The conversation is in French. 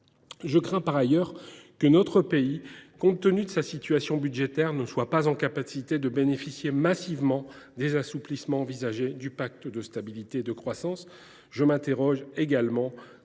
Je crains par ailleurs que notre pays, compte tenu de sa situation budgétaire, ne soit pas en mesure de bénéficier massivement des assouplissements envisagés du pacte de stabilité et de croissance. Je m’interroge également, comme